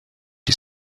die